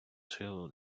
силу